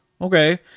okay